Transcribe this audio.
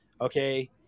Okay